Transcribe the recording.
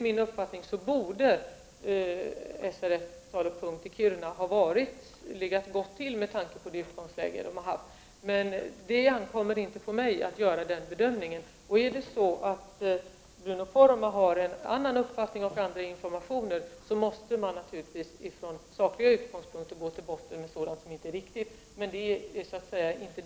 Såvitt jag förstår borde SRF Tal & Punkt i Kiruna ha legat bra till med tanke på företagets utgångsläge. Det ankommer dock inte på mig att göra den bedömningen. Om Bruno Poromaa har en annan uppfattning grundad på annan information måste man naturligtvis ifrån saklig utgångspunkt gå till botten med sådant som inte är riktigt.